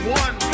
one